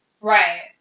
Right